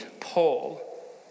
Paul